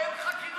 אין חקירה.